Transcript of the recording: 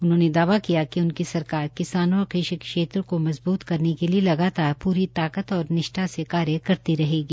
उन्होंने दावा कि उनकी सरकार किसानों और कृषि क्षेत्र को मजबूत करने के लिए लगातार पूरी ताकत और निष्ठा से कार्य करती रहेगी